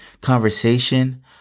conversation